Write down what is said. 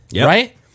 Right